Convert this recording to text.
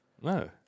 No